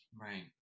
Right